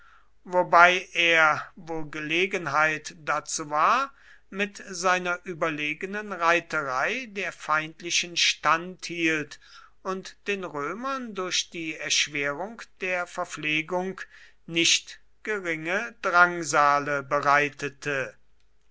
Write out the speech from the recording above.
wobei er wo gelegenheit dazu war mit seiner überlegenen reiterei der feindlichen standhielt und den römern durch die erschwerung der verpflegung nicht geringe drangsale bereitete